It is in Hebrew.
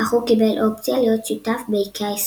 אך הוא קיבל אופציה להיות שותף באיקאה ישראל.